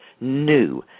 new